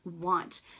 want